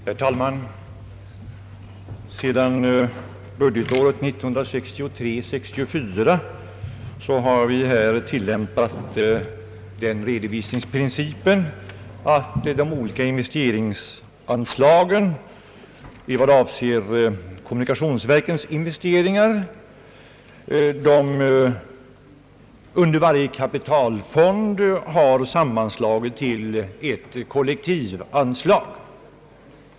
Herr talman! Alltsedan budgetåret 1963/64 har vi tillämpat den redovisningsprincipen, att de olika anslagen, i vad avser kommunikationsverkens investeringar, under varje kapitalfond har sammanslagits till ett kollektivanslag.